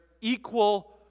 equal